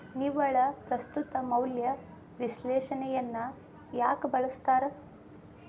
ನಿವ್ವಳ ಪ್ರಸ್ತುತ ಮೌಲ್ಯ ವಿಶ್ಲೇಷಣೆಯನ್ನ ಯಾಕ ಬಳಸ್ತಾರ